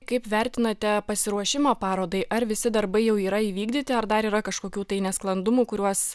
kaip vertinate pasiruošimą parodai ar visi darbai jau yra įvykdyti ar dar yra kažkokių nesklandumų kuriuos